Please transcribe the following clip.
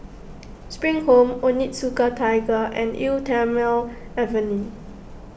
Spring Home Onitsuka Tiger and Eau thermale Avene